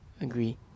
Agree